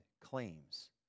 claims